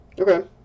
Okay